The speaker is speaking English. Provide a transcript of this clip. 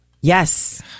Yes